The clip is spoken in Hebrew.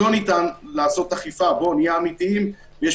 גם פה